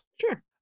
sure